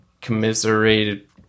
commiserated